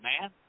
man